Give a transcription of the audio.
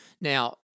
Now